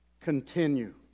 continue